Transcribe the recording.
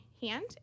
hand